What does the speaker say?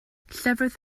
llefrith